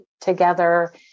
together